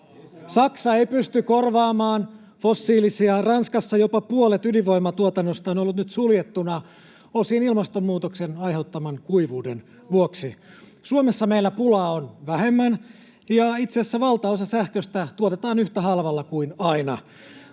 Saksa ei pysty korvaamaan fossiilisia, ja Ranskassa jopa puolet ydinvoiman tuotannosta on ollut nyt suljettuna, osin ilmastonmuutoksen aiheuttaman kuivuuden vuoksi. Suomessa meillä on pulaa vähemmän, ja itse asiassa valtaosa sähköstä tuotetaan yhtä halvalla kuin aina,